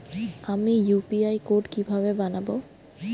আমি UPI code কিভাবে বানাব?